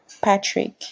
patrick